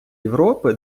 європи